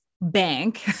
bank